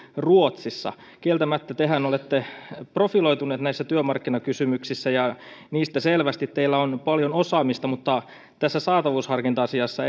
ruotsissa kieltämättä tehän olette profiloitunut näissä työmarkkinakysymyksissä ja niistä selvästi teillä on paljon osaamista mutta tässä saatavuusharkinta asiassa